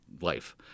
life